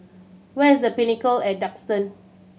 where is The Pinnacle at Duxton